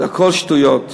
זה הכול שטויות,